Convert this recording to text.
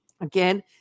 again